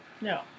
No